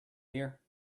here